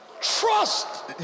trust